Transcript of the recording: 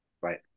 Right